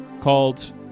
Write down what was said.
called